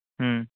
ହୁଁ